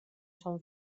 són